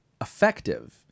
effective